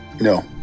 no